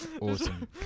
Awesome